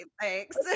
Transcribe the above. Thanks